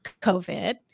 COVID